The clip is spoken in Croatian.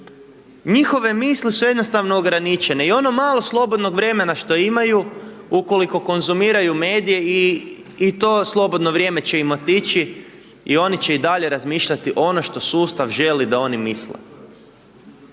njihove misli su jednostavno ograničene. I ono malo slobodnog vremena što imaju, ukoliko konzumiraju medije i to slobodno vrijeme će im otići i oni će i dalje razmišljati ono što sustav želi da oni misle.